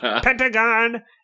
Pentagon